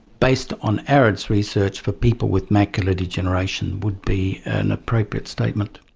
based on areds research for people with macular degeneration would be an appropriate statement.